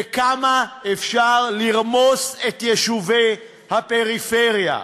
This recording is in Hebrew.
וכמה אפשר לרמוס את יישובי הפריפריה?